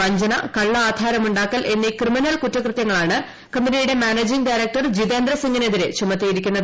വഞ്ചന കളള ആധാരം ഉണ്ടാക്കൽ എന്നീ ക്രിമിനൽ കുറ്റകൃത്യങ്ങളാണ് കമ്പനിയുടെ മാനേജിംഗ് ഡയറക്ടർ ജിതേന്ദ്രസിംഗിനെതിരെ ചുമത്തിയിരിക്കുന്നത്